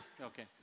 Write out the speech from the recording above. Okay